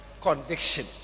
conviction